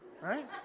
right